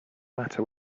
matter